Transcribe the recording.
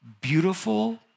beautiful